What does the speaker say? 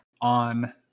on